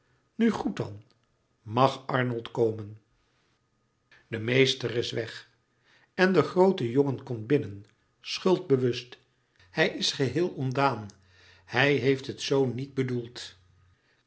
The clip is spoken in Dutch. nu goed dan mag arnold komen de meester is weg en de groote jongen komt binnen schuldbewust louis couperus metamorfoze hij is geheel ontdaan hij heeft het zoo niet bedoeld